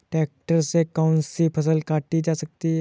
Tractor से कौन सी फसल काटी जा सकती हैं?